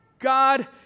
God